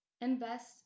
Invest